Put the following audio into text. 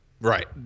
Right